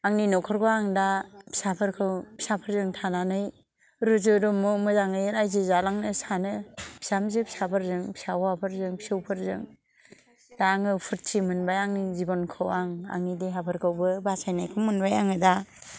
आंनि न'खरखौ आं दा फिसाफोरखौ फिसाफोरजों थानानै रुजु रुमु मोजाङै रायजो जालांनो सानो बिहामजो फिसाफोरजों फिसा हौवाफोरजों फिसौफोरजों दा आङो फुरथि मोनबाय आंनि जिबनखौ आं आंनि देहा फोरखौबो बासायनायखौ मोनबाय आङो दा